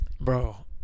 Bro